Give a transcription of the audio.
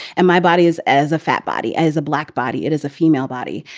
and my body is as a fat body, as a black body. it is a female body.